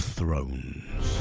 Thrones